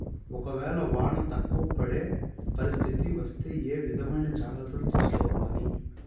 ఒక వేళ వాన తక్కువ పడే పరిస్థితి వస్తే ఏ విధమైన జాగ్రత్తలు తీసుకోవాలి?